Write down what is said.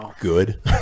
good